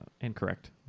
incorrect